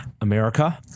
America